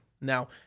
Now